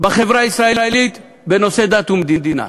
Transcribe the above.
בחברה הישראלית בנושא דת ומדינה.